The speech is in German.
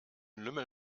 lümmel